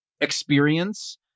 experience